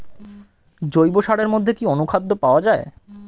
জৈব সারের মধ্যে কি অনুখাদ্য পাওয়া যায়?